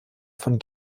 von